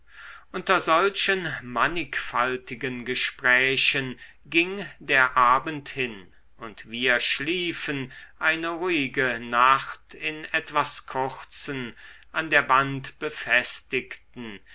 unter solchen mannigfaltigen gesprächen ging der abend hin und wir schliefen eine ruhige nacht in etwas kurzen an der wand befestigten